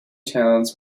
towns